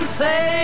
say